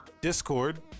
Discord